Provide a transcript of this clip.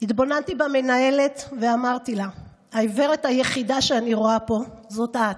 התבוננתי במנהלת ואמרתי לה: העיוורת היחידה שאני רואה פה זאת את.